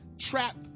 trapped